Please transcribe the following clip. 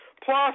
Plus